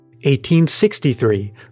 1863